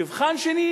מבחן שני,